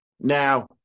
Now